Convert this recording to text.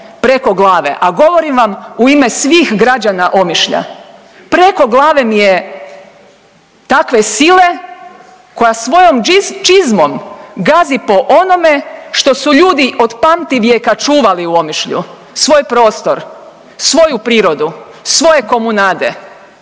preko glave, a govorim vam u ime svih građana Omišlja. Preko glave mi je takve sile koja svojom čizmom gazi po onome što su ljudi od pamtivijeka čuvali u Omišlju, svoj prostor, svoju prirodu, svoje komunade.